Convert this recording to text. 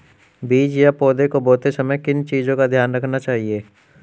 बीज या पौधे को बोते समय किन चीज़ों का ध्यान रखना चाहिए?